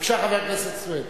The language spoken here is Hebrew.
בבקשה, חבר הכנסת סוייד.